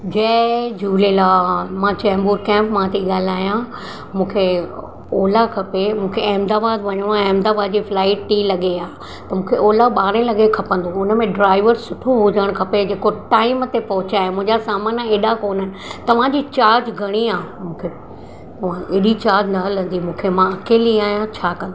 जय झूलेलाल मां चेम्बूर कैंप मां थी ॻाल्हायां मूंखे ओला खपे मूंखे अहमदाबाद वञिणो आहे अहमदाबाद जी फ्लाइट टे लॻे आहे त मूंखे ओला ॿारहां लॻे खपंदो उनमें ड्राइवर सुठो हुजणु खपे जेको टाइम ते पहुचाए मुंहिंजा सामान हेॾा कान्हनि तव्हांजी चार्ज घणी आहे मूंखे हेॾी चार्ज न लॻे मूंखे मां अकेली आहियां छाकाणि